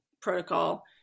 protocol